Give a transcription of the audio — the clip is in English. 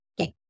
Okay